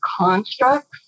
constructs